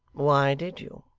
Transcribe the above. why did you